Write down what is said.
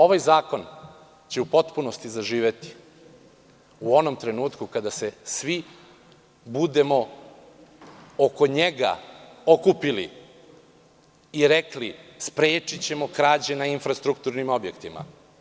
Ovaj zakon će u potpunosti zaživeti u onom trenutku kada se svi budemo oko njega okupili i rekli – sprečićemo krađe na infrastrukturnim objektima.